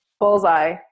bullseye